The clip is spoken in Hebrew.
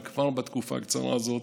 אבל כבר בתקופה הקצרה הזאת,